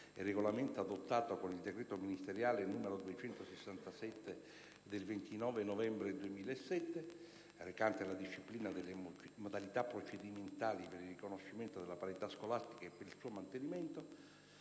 regolamento adottato con il decreto ministeriale n. 267 del 29 novembre 2007, recante la disciplina delle modalità procedimentali per il riconoscimento della parità scolastica e per il suo mantenimento